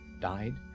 died